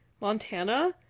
Montana